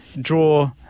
draw